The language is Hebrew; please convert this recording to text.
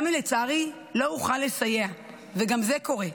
גם אם, לצערי, לא אוכל לסייע, וגם זה קורה.